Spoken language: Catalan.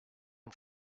amb